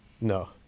No